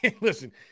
Listen